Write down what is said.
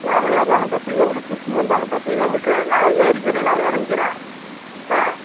மேல ஏறுனாலும் பத்து கிலோ மீட்ரு சுத்தி வந்தாலும் பத்து கிலோ மீட்ரு நான் ஏறுக்கிறேன் நான் இறங்கிக்கிறேன் ஆ